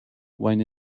when